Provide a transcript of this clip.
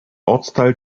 ortsteil